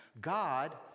God